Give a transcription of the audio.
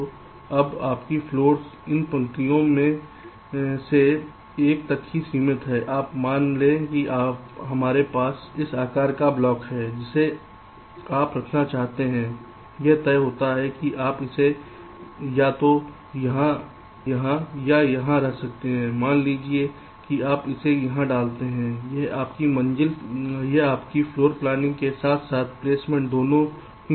तो अब आपकी फ्लोर्स इन पंक्तियों में से एक तक ही सीमित हैं अब मान लें कि हमारे पास इस आकार का ब्लॉक है जिसे आप रखना चाहते हैं यह तय होता है कि आप इसे या तो यहां या यहां रख सकते हैं मान लीजिए कि आप इसे यहां डालते हैं यह आपकी मंजिल योजना के साथ साथ प्लेसमेंट दोनों ही है